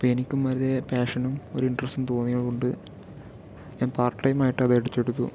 അപ്പോൾ എനിക്കും അതേ ഒരു പാഷനും ഒരു ഇൻ്ററസറ്റും തോന്നിയത് കൊണ്ട് ഞാൻ പാർട്ട് ടൈമായിട്ട് അത് എറ്റെടുത്തു